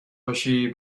باشی